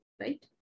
right